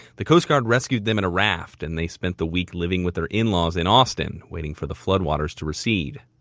the coast guard rescued them in a raft, and they spent the following week living with their in-laws in austin waiting for the flood waters to recede.